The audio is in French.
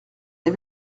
les